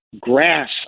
grass